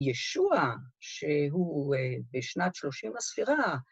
‫ישוע, שהוא בשנת 30 לספירה.